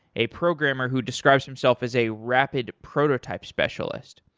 a programmer who describes himself as a rapid prototype specialist.